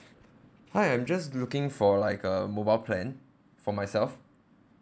hi I'm just looking for like a mobile plan for myself